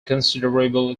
considerable